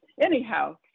Anyhow